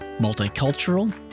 multicultural